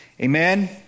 Amen